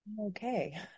Okay